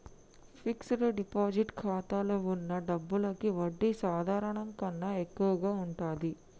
fixed deposit ఖాతాలో వున్న డబ్బులకి వడ్డీ సాధారణం కన్నా ఎక్కువగా ఉంటది